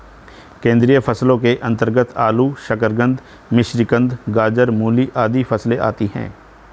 कंदीय फसलों के अंतर्गत आलू, शकरकंद, मिश्रीकंद, गाजर, मूली आदि फसलें आती हैं